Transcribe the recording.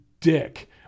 dick